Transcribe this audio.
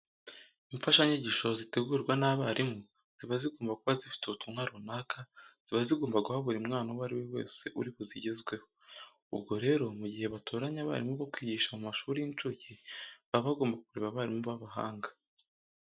Imfashanyigisho zitegurwa n'abarimu ziba zigomba kuba zifite ubutumwa runaka ziba zigomba guha buri mwana uwo ari we wese uri buzigezweho. Ubwo rero mu gihe batoranya abarimu bo kwigisha mu mashuri y'incuke baba bagomba kureba abarimu b'abahanga.